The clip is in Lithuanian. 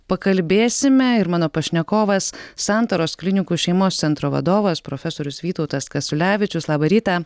pakalbėsime ir mano pašnekovas santaros klinikų šeimos centro vadovas profesorius vytautas kasiulevičius labą rytą